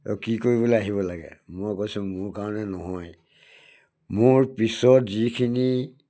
তই কি কৰিবলৈ আহিব লাগে মই কৈছোঁ মোৰ কাৰণে নহয় মোৰ পিছত যিখিনি